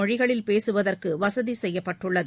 மொழிகளில் பேசுவதற்கு வசதி செய்யப்பட்டுள்ளது